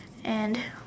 and